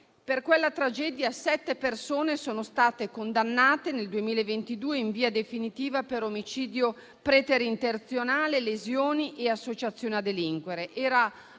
Per quella tragedia sette persone sono state condannate nel 2022 in via definitiva per omicidio preterintenzionale, lesioni e associazioni a delinquere.